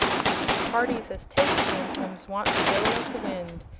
you see parties as takes hansoms wants to go like the wind,